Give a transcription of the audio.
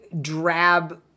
drab